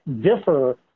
differ